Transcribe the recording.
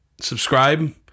subscribe